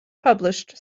published